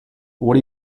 what